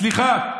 סליחה,